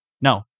No